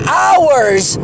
hours